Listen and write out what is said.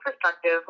perspective